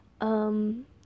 Um